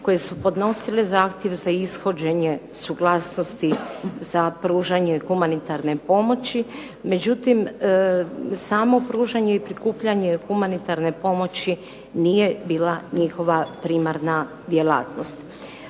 koje su podnosile zahtjev za ishođenje suglasnosti za pružanje humanitarne pomoći, međutim samo pružanje i prikupljanje humanitarne pomoći nije bila njihova primarna djelatnost.